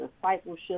discipleship